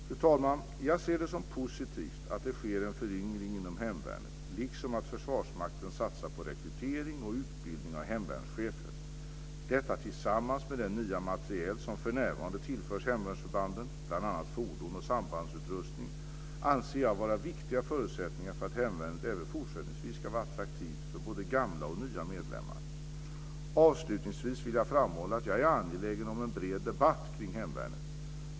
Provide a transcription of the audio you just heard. Fru talman! Jag ser det som positivt att det sker en föryngring inom hemvärnet liksom att Försvarsmakten satsar på rekrytering och utbildning av hemvärnschefer. Detta tillsammans med den nya materiel som för närvarande tillförs hemvärnsförbanden - bl.a. fordon och sambandsutrustning - anser jag vara viktiga förutsättningar för att hemvärnet även fortsättningsvis ska vara attraktivt för både gamla och nya medlemmar. Avslutningsvis vill jag framhålla att jag är angelägen om en bred debatt kring hemvärnet.